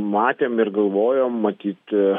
matėm ir galvojom matyt